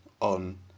on